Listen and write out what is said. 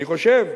אני חושב,